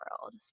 world